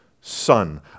son